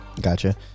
Gotcha